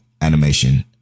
Animation